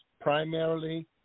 primarily